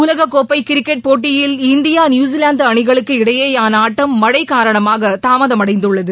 உலகக்கோப்பைகிரிக்கெட் போட்டியில் இந்தியா நியூசிலாந்துஅணிகளுக்கு இடையேயானஆட்டம் மழைகாரணமாகதாமதமடைந்துள்ளது